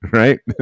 right